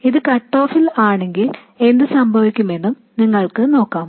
അത് കട്ട് ഓഫിലാണെങ്കിൽ എന്തുസംഭവിക്കുമെന്നും നിങ്ങൾക്ക് നോക്കാം